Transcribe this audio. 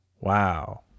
Wow